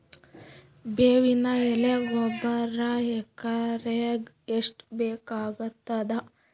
ಬೇವಿನ ಎಲೆ ಗೊಬರಾ ಎಕರೆಗ್ ಎಷ್ಟು ಬೇಕಗತಾದ?